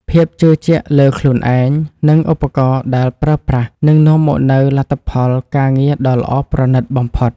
ភាពជឿជាក់លើខ្លួនឯង និង ឧបករណ៍ដែលប្រើប្រាស់នឹងនាំមកនូវលទ្ធផលការងារដ៏ល្អប្រណីតបំផុត។